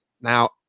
Now